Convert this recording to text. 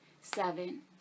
seven